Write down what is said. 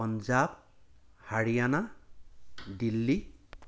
Punjab Haryana Delhi